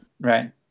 right